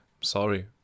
Sorry